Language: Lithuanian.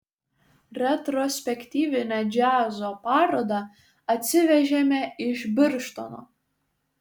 retrospektyvinę džiazo parodą atsivežėme iš birštono